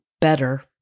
better